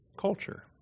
culture